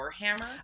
Warhammer